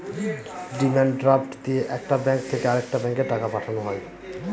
demand draft দিয়ে একটা bank থেকে আরেকটা ব্যাঙ্কে টাকা পাঠানো হয়